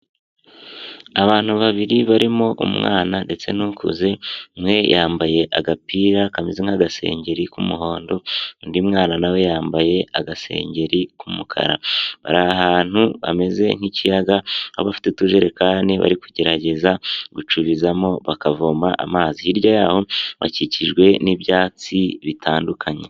Abantu babiri barimo umwana ndetse n'ukuzewe, umwe yambaye agapira kameze nk'agasengeri k'umuhondo, undi mwana nawe yambaye agasengengeri k'umukara, bari ahantu hameze nk'ikiyaga, bafite utujerekani bari kugerageza gucubizamo, bakavoma amazi, hirya yaho bakikijwe n'ibyatsi bitandukanye.